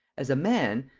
as a man,